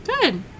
Good